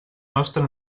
nostre